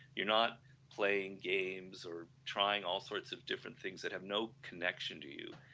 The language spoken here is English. you are not playing games or trying all sorts of different things that have no connection to you,